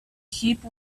heap